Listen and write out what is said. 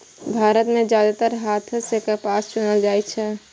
भारत मे जादेतर हाथे सं कपास चुनल जाइ छै